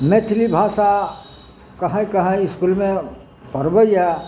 मैथिली भाषा कहैके हाइ इसकुलमे पढ़बैया